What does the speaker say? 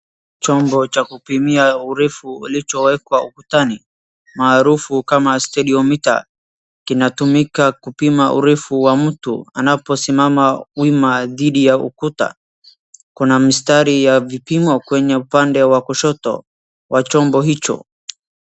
Chombo cha kupimia urefu ulichowekwa ukutani maarufu kama stadio mita. Kinatumika kupima urefu wa mtu anapo simama wima dhidi ya ukuta kuna mstari ya vipimo kwenye upande wa kushoto wa chombo hicho.